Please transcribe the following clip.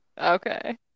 Okay